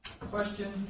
question